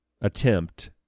attempt